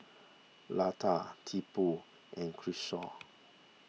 Lata Tipu and Kishore